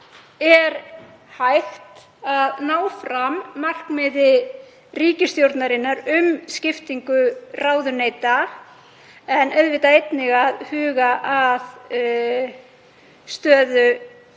er hægt að ná fram markmiði ríkisstjórnarinnar um skiptingu ráðuneyta, en auðvitað einnig að huga að stöðu